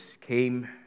came